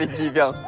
to go